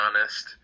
honest